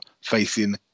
facing